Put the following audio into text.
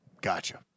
Gotcha